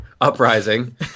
Uprising